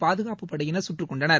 பாதுகாப்பு படையினர் சுட்டுக்கொன்றனர்